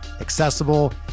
accessible